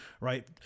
right